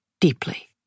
deeply